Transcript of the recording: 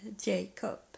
Jacob